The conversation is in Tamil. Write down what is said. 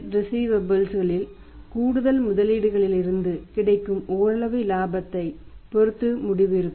ரிஸீவபல்ஸ் களில்கூடுதல் முதலீட்டிலிருந்து கிடைக்கும் ஓரளவு இலாபத்தைப் பொறுத்து முடிவு இருக்கும்